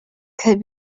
could